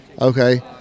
okay